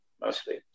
mostly